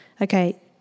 okay